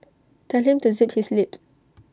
tell him to zip his lip